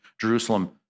Jerusalem